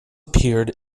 appeared